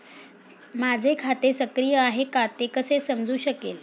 माझे खाते सक्रिय आहे का ते कसे समजू शकेल?